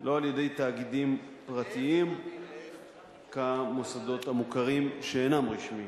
לא על-ידי תאגידים פרטיים כמוסדות המוכרים שאינם רשמיים.